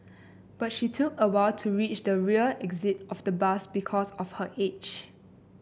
but she took a while to reach the rear exit of the bus because of her age